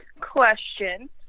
question